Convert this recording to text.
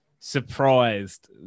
Surprised